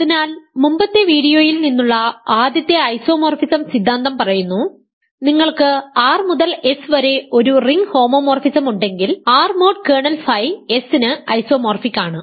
അതിനാൽ മുമ്പത്തെ വീഡിയോയിൽ നിന്നുള്ള ആദ്യത്തെ ഐസോമോർഫിസം സിദ്ധാന്തം പറയുന്നു നിങ്ങൾക്ക് R മുതൽ S വരെ ഒരു റിംഗ് ഹോമോമോർഫിസം ഉണ്ടെങ്കിൽ R mod kernel phi S ന് ഐസോമോർഫിക് ആണ്